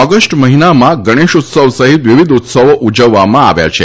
August મહિનામાં ગણેશ ઉત્સવ સહિત વિવિધ ઉત્સવો ઉજવવામાં આવ્યા છે